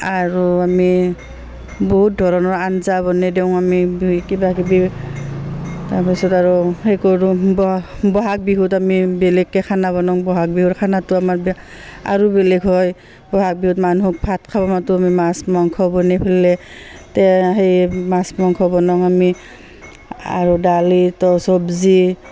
আৰু আমি বহুত ধৰণৰ আঞ্জা বনাই দিওঁ আমি কিবাকিবি তাৰপিছত আৰু সেই কৰোঁ বহাগ বিহুত আমি বেলেগকৈ খানা বনাওঁ বহাগ বিহুৰ খানাটো আমাৰ আৰু বেলেগ হয় ব'হাগ বিহুত মানুহক ভাত খাব মাতোঁ আমি মাছ মাংস বনাই পেলাই তে সেই মাছ মাংস বনাওঁ আমি আৰু দালি চব্জি